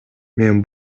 мен